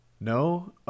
No